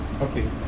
Okay